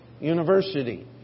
university